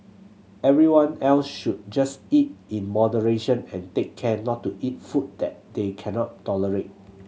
everyone else should just eat in moderation and take care not to eat food that they cannot tolerate